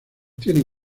tienen